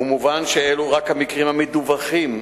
ומובן שאלו רק המקרים המדווחים,